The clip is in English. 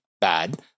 bad